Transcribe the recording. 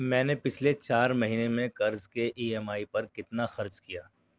میں نے پچھلے چار مہینے میں قرض کے ای ایم آئی پر کتنا خرچ کیا